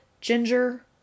Ginger